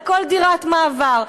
על כל דירת מעבר,